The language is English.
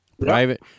Private